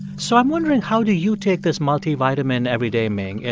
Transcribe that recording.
so i'm wondering, how do you take this multivitamin every day, ming?